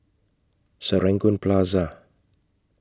Serangoon Plaza